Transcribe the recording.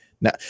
now